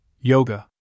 Yoga